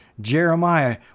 Jeremiah